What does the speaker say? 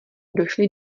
došli